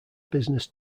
business